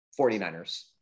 49ers